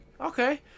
Okay